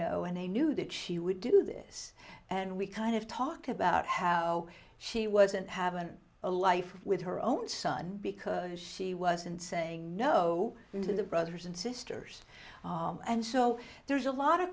know and they knew that she would do this and we kind of talked about how she wasn't haven't a life with her own son because she wasn't saying no to the brothers and sisters and so there's a lot of